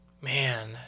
Man